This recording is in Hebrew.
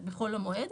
בחול המועד,